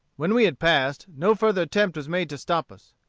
when we had passed, no further attempt was made to stop us.